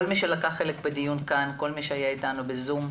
כל מי שלקח חלק כאן בדיון, כל מי שהיה איתנו בזום,